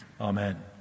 Amen